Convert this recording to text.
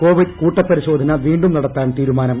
Covid കൂട്ടപ്പരിശോധന വീണ്ടും നടത്താൻ തീരുമാനം